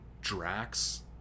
Drax